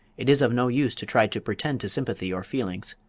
it is of no use to try to pretend to sympathy or feelings.